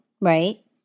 right